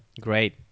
Great